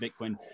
Bitcoin